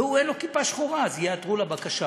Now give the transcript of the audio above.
והוא, אין לו כיפה שחורה אז ייעתרו לבקשה.